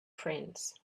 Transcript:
friends